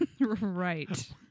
Right